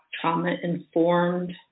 trauma-informed